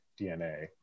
DNA